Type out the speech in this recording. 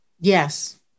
Yes